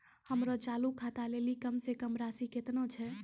हमरो चालू खाता लेली कम से कम राशि केतना छै?